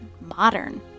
modern